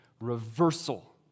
reversal